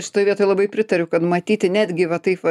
šitoj vietoj labai pritariu kad matyti netgi va taip